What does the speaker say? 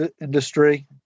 industry